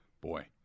boy